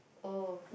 oh